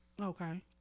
okay